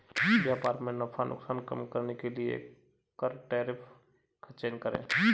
व्यापार में नफा नुकसान कम करने के लिए कर टैरिफ का चयन करे